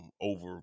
over